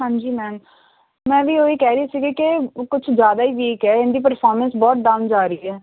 ਹਾਂਜੀ ਮੈਮ ਮੈਂ ਵੀ ਉਹੀ ਕਹਿ ਰਹੀ ਸੀਗੀ ਕਿ ਕੁਝ ਜ਼ਿਆਦਾ ਹੀ ਵੀਕ ਹੈ ਇਹਦੀ ਪਰਫੋਰਮੈਂਸ ਬਹੁਤ ਡਾਊਨ ਜਾ ਰਹੀ ਹੈ